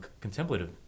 Contemplative